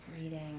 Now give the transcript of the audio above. Reading